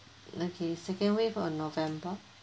okay second week of november